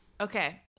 Okay